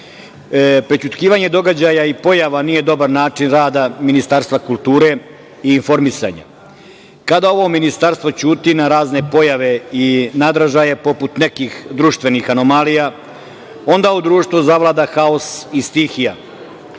medijima. Prećutkivanje događaja i pojava nije dobar način rada Ministarstva kulture i informisanje. Kada ovo ministarstvo ćuti na razne pojave i nadražaje, poput nekih društvenih anomalija, onda u društvu zavlada haos i stihija.